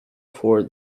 for